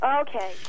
Okay